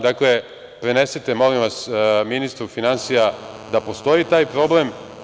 Dakle, prenesite molim vas ministru finansija da postoji taj problem.